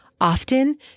often